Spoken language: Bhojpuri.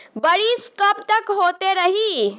बरिस कबतक होते रही?